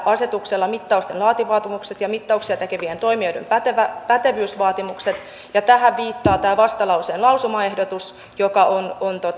asetuksella mittausten laatuvaatimukset ja mittauksia tekevien toimijoiden pätevyysvaatimukset ja tähän viittaa tämä vastalauseen lausumaehdotus joka on on